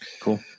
cool